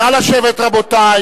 נא לשבת, רבותי.